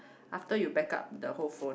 after you back up the whole phone